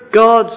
God's